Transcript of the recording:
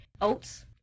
oats